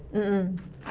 mm mm